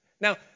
Now